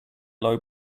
low